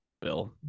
Bill